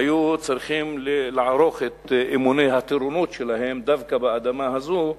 היו צריכים לערוך את אימוני הטירונות שלהם דווקא באדמה הזאת,